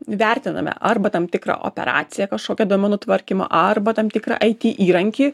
vertiname arba tam tikrą operaciją kažkokią duomenų tvarkymo arba tam tikrą it įrankį